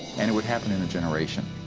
and would happen in a generation!